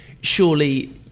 surely